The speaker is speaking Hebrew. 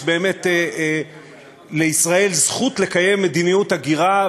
יש באמת לישראל זכות לקיים מדיניות הגירה,